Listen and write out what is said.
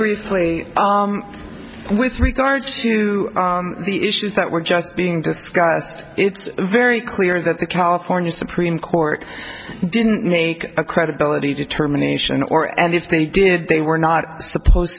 briefly with regard to the issues that were just being discussed it's very clear that the california supreme court didn't make a credibility determination or and if they did they were not supposed